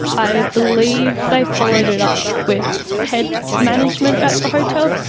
i believe they followed it up with head management at the hotel.